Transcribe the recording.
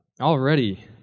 already